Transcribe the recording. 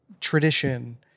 tradition